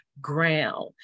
ground